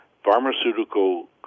Pharmaceutical